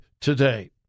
today